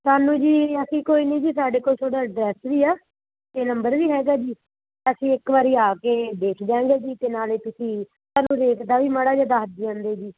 ਸਾਨੂੰ ਜੀ ਅਸੀਂ ਕੋਈ ਨਹੀਂ ਜੀ ਸਾਡੇ ਕੋਲ ਤੁਹਾਡਾ ਐਡਰੈਸ ਵੀ ਆ ਅਤੇ ਨੰਬਰ ਵੀ ਹੈਗਾ ਜੀ ਅਸੀਂ ਇੱਕ ਵਾਰ ਆ ਕੇ ਦੇਖ ਜਾਂਗੇ ਜੀ ਅਤੇ ਨਾਲ ਤੁਸੀਂ ਸਾਨੂੰ ਰੇਟ ਦਾ ਵੀ ਮਾੜਾ ਜਿਹਾ ਦੱਸ ਜਾਂਦੇ ਜੀ